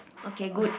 okay good